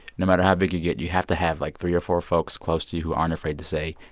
no matter how big you get, you have to have, like, three or four folks close to you who aren't afraid to say,